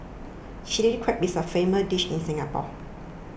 Chilli Crab is a famous dish in Singapore